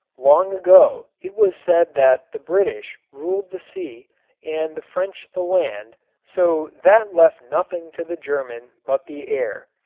long ago it was said that the british ruled the sea and the french the land so that left nothing to the german but the air.